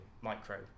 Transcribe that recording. micro